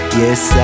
yes